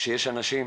שיש אנשים